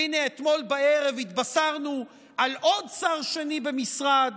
והינה, אתמול בערב התבשרנו על עוד שר שני במשרד: